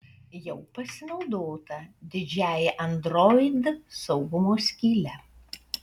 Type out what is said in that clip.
jau pasinaudota didžiąja android saugumo skyle